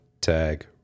tag